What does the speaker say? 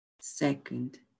Second